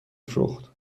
فروخت